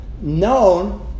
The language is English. known